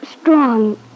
strong